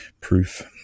proof